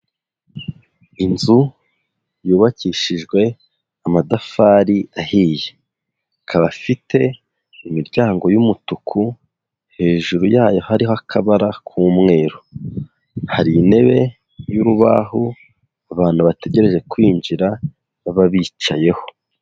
Inzu yubakishijwe amatafari ahiye, ikaba ifite imiryango y'umutuku hejuru yayo hariho akabara k'umweru, hari intebe y'urubaho abantu bategereje kwinjira baba bicayeho.